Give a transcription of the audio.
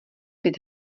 pět